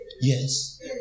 Yes